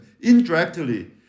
indirectly